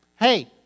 hey